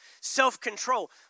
self-control